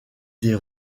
des